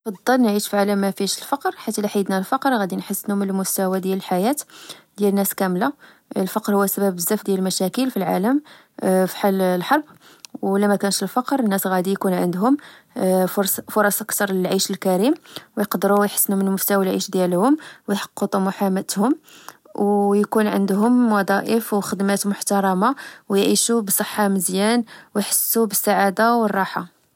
نعيش في عالم ما فيهش الفقر. حيت الفقر غادي نحسن من المستوى ديال الحياة ديال الناس كاملة الفقر هو سبب بزاف ديال المشاكل في العالم فحال الحرب وماكانش الفقر الناس غادي يكون عندهم فرص كثر للعيش الكريم ويقدرو يحسنوا من مستوى العيش ديالهم ويحققوا طموحاتهم ويكون عندهم وظائف وخدمات محترمة ويعيشوا بصحة مزيان ويحسوا بالسعاده والراحه